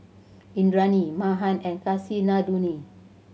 Indranee Mahan and Kasinadhuni